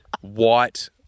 white